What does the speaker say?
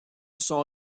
son